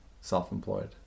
self-employed